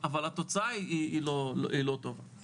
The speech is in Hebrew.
אבל התוצאה היא לא טובה.